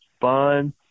fun